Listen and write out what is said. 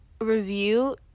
review